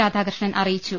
രാധാകൃഷ്ണൻ അറിയിച്ചു